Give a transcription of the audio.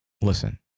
Listen